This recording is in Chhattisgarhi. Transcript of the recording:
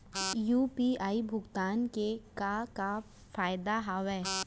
यू.पी.आई भुगतान के का का फायदा हावे?